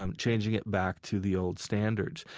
um changing it back to the old standards?